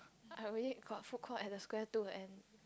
I already got food court at the Square Two and